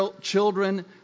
children